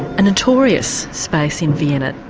and notorious space in vienna.